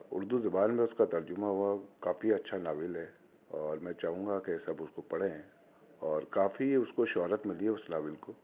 اردو زبان میں اس کا ترجمہ ہوا کافی اچھا ناول ہے اور میں چا ہوں گا کہ سب اس کو پڑھیں اور کافی اس کو شہرت ملی اس ناول کو